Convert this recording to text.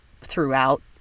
throughout